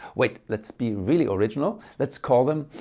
wait let's be really original, let's call them